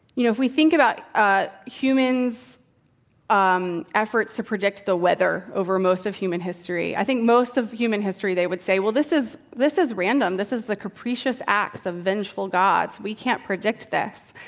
you know if we think about ah humans' um efforts to predict the weather over most of human history, i think most of human history, they would say, well, this is this is random. this is the capricious acts of vengeful gods. we can't predict this.